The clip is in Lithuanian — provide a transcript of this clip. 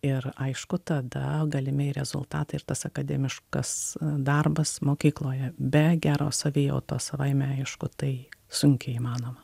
ir aišku tada galimi ir rezultatai ir tas akademiškas darbas mokykloje be geros savijautos savaime aišku tai sunkiai įmanoma